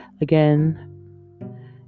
again